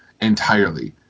entirely